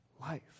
life